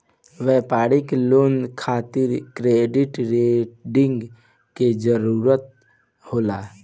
व्यापारिक लोन खातिर credit rating के जरूरत होला